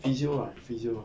physio ah physio